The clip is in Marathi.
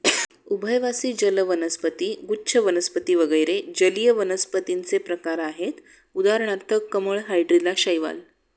उभयवासी जल वनस्पती, गुच्छ वनस्पती वगैरे जलीय वनस्पतींचे प्रकार आहेत उदाहरणार्थ कमळ, हायड्रीला, शैवाल